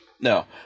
no